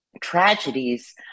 tragedies